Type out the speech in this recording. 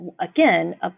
again